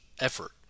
effort